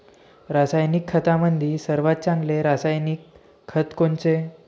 रासायनिक खतामंदी सर्वात चांगले रासायनिक खत कोनचे?